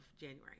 January